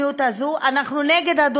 אנחנו נגד המדיניות הזאת,